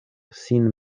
sin